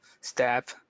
step